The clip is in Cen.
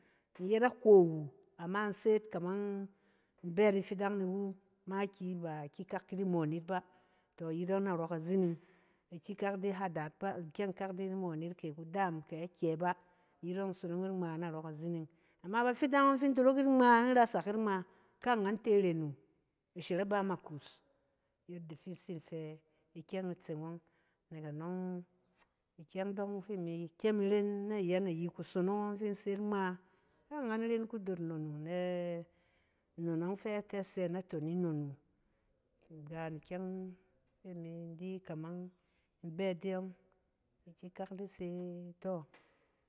Imi yet akowu, ama in se yit kaman in bɛ yit ifidan ni wi makiyi ba ifidan ki di moon yit bá, iyit ɔng narɔ kazining, ikikak di hada yit bá, ikikak di moon yit kɛ kudaam kɛ akyɛ bá, iyit ɔng nin sot yit ngma narɔ kazining. Ama bafidan fi in dorok yit ngma, in rasak yit ngma, kaangan te iren wu. ishɛrɛp ba ma kus, yada in tsin fɛ ikyɛng e tse yɔng. Nɛk anɔng, ikyɛng dong fi imi ren na ayanayi kusonong ɔng fi in se yit ngma. Kaangan ren doot nnon wu nɛ nnon ɔng fɛ a tɛ sɛ naton nnon wu. In gat ikyɛng fi imi di kaman, in bɛ ide yɔng, ikikak di se tɔ.